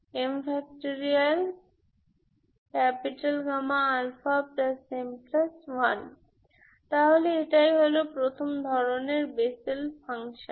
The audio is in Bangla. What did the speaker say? Γαm1 তাহলে এই হল প্রথম ধরনের বেসেল ফাংশান